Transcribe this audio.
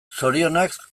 zorionak